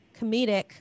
comedic